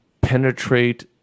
penetrate